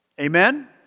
Amen